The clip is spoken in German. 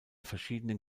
verschiedenen